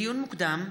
לדיון מוקדם,